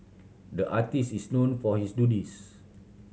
the artist is known for his doodles